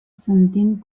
sentint